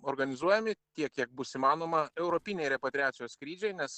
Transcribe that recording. organizuojami tiek kiek bus įmanoma europiniai repatriacijos skrydžiai nes